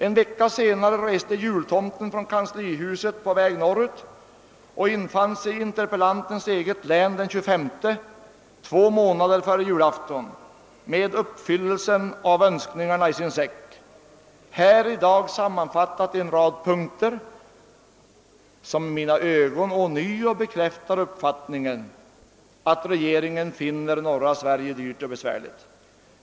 En vecka senare reste jultomten från kanslihuset norrut och infann sig i interpellantens eget län den 25 oktober, två månader före julaftonen, med uppfyllelsen av önskningarna i sin säck, i dag sammanfattad i en rad punkter som i mina ögon ånyo bekräftar uppfattningen att regeringen finner norra Sverige dyrt och besvärligt.